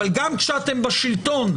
אבל גם כשאתם בשלטון,